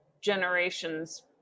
generations